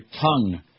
tongue